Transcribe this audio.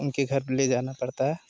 उनके घर ले जाना पड़ता है